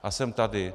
A jsem tady.